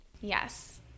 Yes